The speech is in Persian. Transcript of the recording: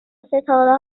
ستاره